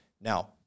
Now